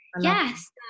yes